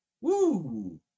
Woo